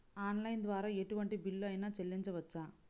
Online ద్వారా ఎటువంటి bill అయినా చెల్లించవచ్చా?